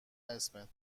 اسمت